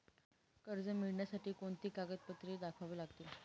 कर्ज मिळण्यासाठी कोणती कागदपत्रे दाखवावी लागतील?